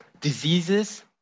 diseases